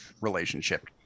relationship